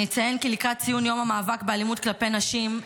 אני אציין כי לקראת ציון יום המאבק באלימות כלפי נשים,